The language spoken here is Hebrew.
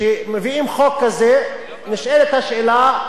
כשמביאים חוק כזה נשאלת השאלה,